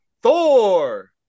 Thor